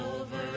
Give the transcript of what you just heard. over